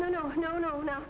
no no no no no